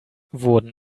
wurden